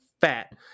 fat